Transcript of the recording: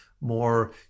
more